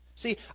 See